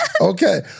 okay